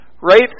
Right